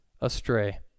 astray